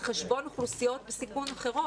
על חשבון אוכלוסיות בסיכון אחרות.